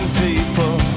people